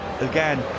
again